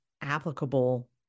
applicable